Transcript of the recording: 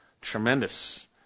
Tremendous